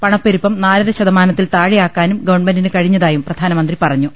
പണപ്പെരുപ്പം നാലര ശതമാനത്തിൽതാഴെയാക്കാനും ഗവൺമെന്റിന് കഴിഞ്ഞതായും പ്രധാനമന്ത്രി പറഞ്ഞു